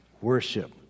Worship